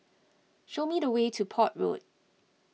show me the way to Port Road